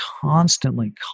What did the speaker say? constantly